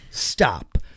stop